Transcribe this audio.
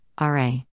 RA